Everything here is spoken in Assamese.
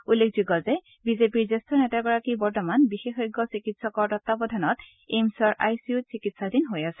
উল্লেখযোগ্য যে বি জে পিৰ জ্যেষ্ঠ নেতাগৰাকী বৰ্তমান বিশেষজ্ঞ চিকিৎসকৰ তত্বাৱধানত এইমছৰ আই চি ইউত চিকিৎসাধীন হৈ আছে